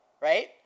right